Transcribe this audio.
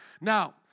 Now